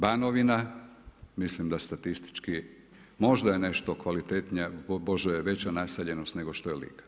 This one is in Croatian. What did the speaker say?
Banovina mislim da statistički možda je nešto kvalitetnija, možda je veća naseljenost nego što je Lika.